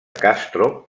castro